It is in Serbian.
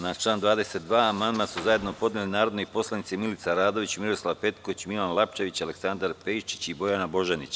Na član 22. amandman su zajedno podneli narodni poslanici Milica Radović, Miroslav Petković, Milan Lapčević, Aleksandar Pejčić i Bojana Božanić.